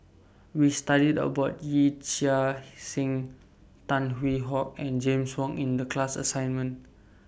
We studied about Yee Chia Hsing Tan Hwee Hock and James Wong in The class assignment